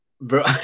Bro